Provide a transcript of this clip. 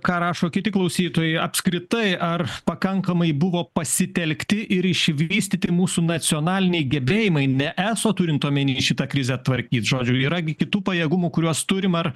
ką rašo kiti klausytojai apskritai ar pakankamai buvo pasitelkti ir išvystyti mūsų nacionaliniai gebėjimai ne eso turint omeny šitą krizę tvarkyt žodžių yra kitų pajėgumų kuriuos turim ar